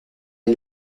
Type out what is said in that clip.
est